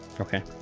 Okay